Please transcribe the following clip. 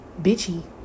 bitchy